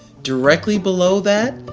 directly below that,